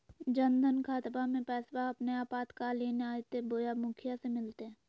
जन धन खाताबा में पैसबा अपने आपातकालीन आयते बोया मुखिया से मिलते?